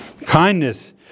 kindness